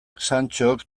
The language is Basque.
santxok